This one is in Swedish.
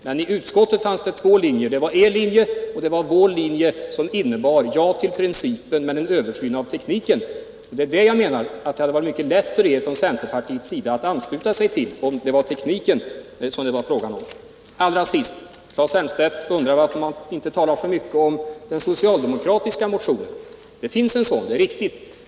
Men i utskottet fanns det två linjer: det var er linje och det var vår linje, som innebar ja till principen och en översyn av tekniken. Det hade varit mycket lätt för er från centerpartiets sida att ansluta er, om det var tekniken det var fråga om. Allra sist. Claes Elmstedt undrar varför man inte talar så mycket om den socialdemokratiska motionen. Det finns en sådan, det är riktigt.